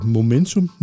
Momentum